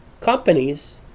companies